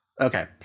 Okay